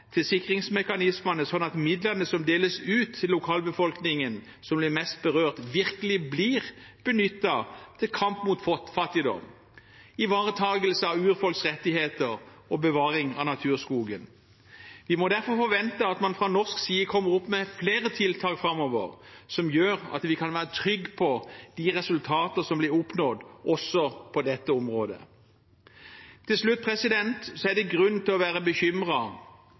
til sikringsmekanismene, sånn at midlene som deles ut til lokalbefolkningen som blir mest berørt, virkelig blir benyttet til kamp mot fattigdom, ivaretagelse av urfolks rettigheter og bevaring av naturskogen. Vi må derfor forvente at man fra norsk side kommer opp med flere tiltak framover som gjør at vi kan være trygge på de resultatene som blir oppnådd også på dette området. Til slutt: Det er grunn til å være